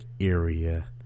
area